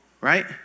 Right